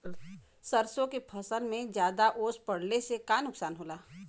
सरसों के फसल मे ज्यादा ओस पड़ले से का नुकसान होला?